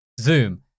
Zoom